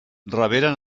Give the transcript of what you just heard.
reberen